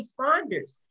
responders